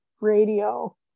radio